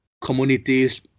communities